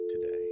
today